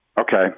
Okay